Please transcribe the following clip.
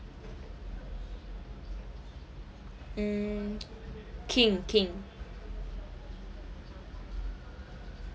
mm king king